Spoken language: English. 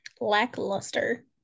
Lackluster